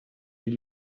die